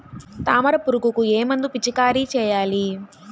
తామర పురుగుకు ఏ మందు పిచికారీ చేయాలి?